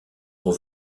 pour